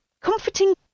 comforting